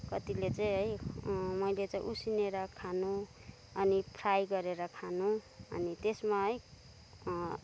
कतिले चाहिँ है मैले उसिनेर खानु अनि फ्राई गरेर खानु अनि त्यसमा